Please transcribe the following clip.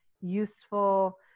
useful